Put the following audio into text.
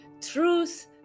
Truth